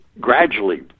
gradually